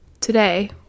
Today